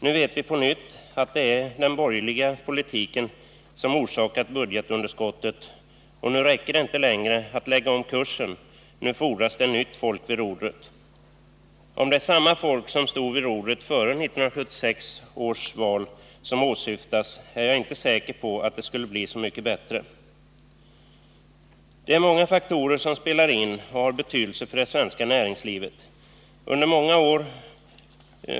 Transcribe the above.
Nu vet vi på nytt att det är den borgerliga politiken som orsakat budgetunderskottet och nu räcker det inte längre att lägga om kursen — nu fordras det nytt folk vid rodret. Om det är samma folk som stod vid rodret före 1976 års val som åsyftas, är jag inte säker på att det skulle bli så mycket bättre. Det är många faktorer som spelar in och har betydelse för det svenska näringslivet.